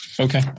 Okay